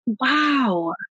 wow